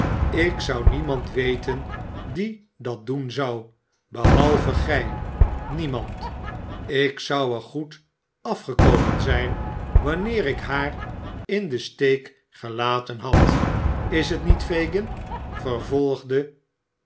ik zou niemand weten die dat doen zou behalve gij niemand ik zou er goed afgekomen zijn wanneer ik haar in den steek gelaten had is t niet fagin vervolgde